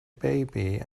baby